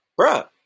Bruh